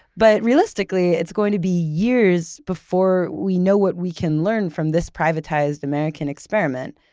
but realistically, it's going to be years before we know what we can learn from this privatized american experiment,